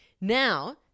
Now